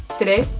today,